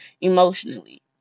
emotionally